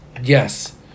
Yes